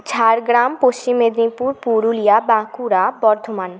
Jhargram Paschim Medinipur Purulia Bankura Bardhaman